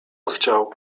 chciał